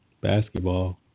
basketball